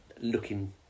looking